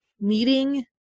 meeting